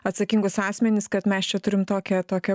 atsakingus asmenis kad mes čia turim tokią tokią